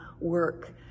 work